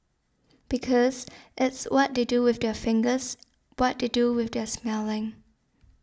because it's what they do with their fingers what they do with their smelling